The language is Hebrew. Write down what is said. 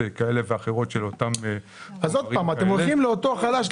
כאלה ואחרות של אותם --- אז עוד פעם אתם הולכים לאותו חלש,